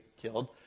killed